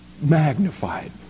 magnified